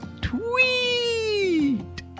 Tweet